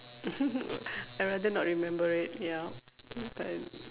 I rather not remember it yup okay